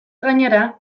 gainera